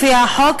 לפי החוק,